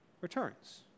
returns